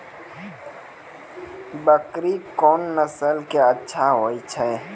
बकरी कोन नस्ल के अच्छा होय छै?